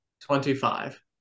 Twenty-five